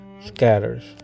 scatters